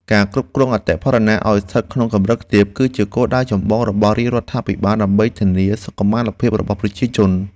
ការគ្រប់គ្រងអតិផរណាឱ្យស្ថិតក្នុងកម្រិតទាប គឺជាគោលដៅចម្បងរបស់រាជរដ្ឋាភិបាល ដើម្បីធានាសុខុមាលភាពរបស់ប្រជាជន។